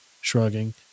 shrugging